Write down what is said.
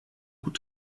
gut